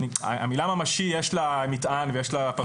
המילה ממשי, יש לה מטען ויש לה פרשנות.